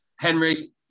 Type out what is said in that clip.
Henry